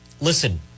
listen